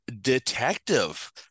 detective